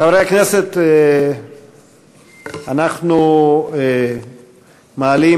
חברי הכנסת, אנחנו מעלים